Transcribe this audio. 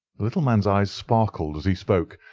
the little man's eyes sparkled as he spoke,